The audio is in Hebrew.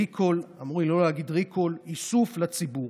ריקול, אמרו לי לא להגיד ריקול, איסוף לציבור.